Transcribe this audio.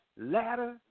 ladder